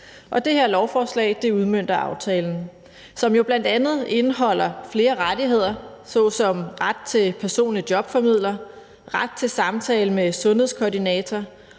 og det her lovforslag udmønter aftalen, som jo bl.a. indeholder flere rettigheder såsom ret til personlig jobformidler, ret til samtaler med sundhedskoordinator,